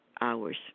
hours